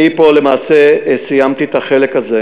אני פה למעשה סיימתי את החלק הזה,